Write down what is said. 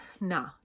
nah